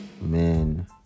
men